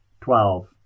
twelve